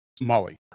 Molly